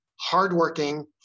hardworking